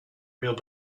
real